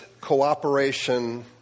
cooperation